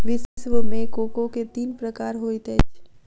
विश्व मे कोको के तीन प्रकार होइत अछि